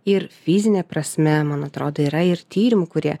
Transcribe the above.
ir fizine prasme man atrodo yra ir tyrimų kurie